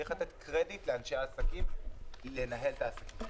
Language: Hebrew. צריך לתת קרדיט לאנשי העסקים לנהל את העסקים שלהם.